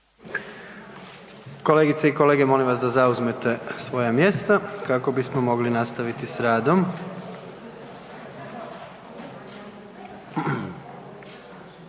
Kolegice i kolege, molim vas da zauzmete svoja mjesta kako bismo mogli nastaviti s radom.